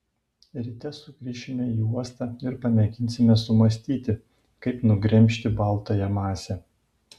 ryte sugrįšime į uostą ir pamėginsime sumąstyti kaip nugremžti baltąją masę